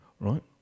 right